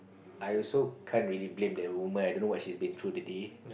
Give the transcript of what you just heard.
I also can't really blame that old woman I don't know what she's been through the day